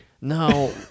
No